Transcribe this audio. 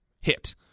hit